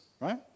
right